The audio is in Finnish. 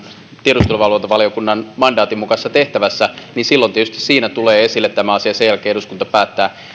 tiedusteluvalvontavaliokunnan mandaatin mukaisessa tehtävässä tulee esille tämä asia ja sen jälkeen eduskunta päättää